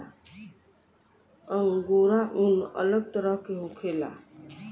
angora ऊन अलग तरह के होखेला